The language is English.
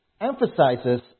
emphasizes